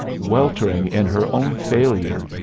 weltering in her own failure,